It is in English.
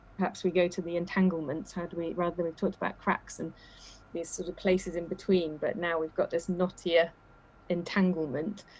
perhaps we go to the entanglements. how do we rather have talked about cracks and the places in between. but now we've got this knottier entanglement.